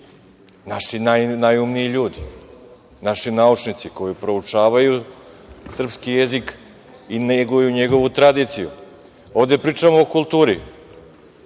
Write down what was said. naši naumniji ljudi, naši naučnici koji proučavaju srpski jezik i neguju njegovu tradiciju. Ovde pričamo o kulturi.